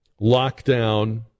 lockdown